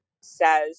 says